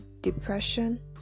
depression